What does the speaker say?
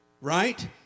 Right